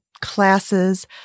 classes